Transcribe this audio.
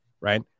right